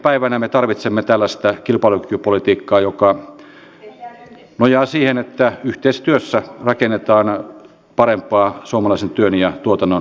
tämä keskustelu lähti täällä salissa liikkeelle siitä että edustaja heikkinen korosti tätä omaa vastuuta ja tuotannon